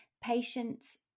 patients